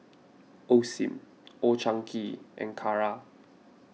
Osim Old Chang Kee and Kara